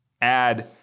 add